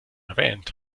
erwähnt